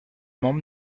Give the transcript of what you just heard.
membres